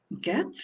get